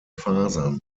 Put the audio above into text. fasern